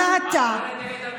למטה,